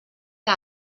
que